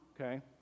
okay